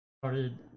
started